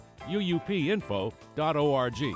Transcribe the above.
UUPinfo.org